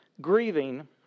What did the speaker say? grieving